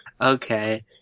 Okay